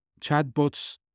chatbots